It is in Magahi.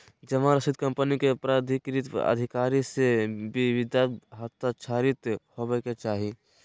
जमा रसीद कंपनी के प्राधिकृत अधिकारी से विधिवत हस्ताक्षरित होबय के चाही